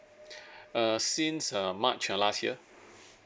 uh since uh march uh last year